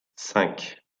cinq